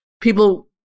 people